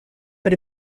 but